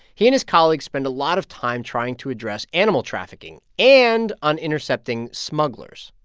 he and his colleagues spend a lot of time trying to address animal trafficking and on intercepting smugglers.